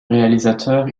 réalisateur